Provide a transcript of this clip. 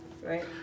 Right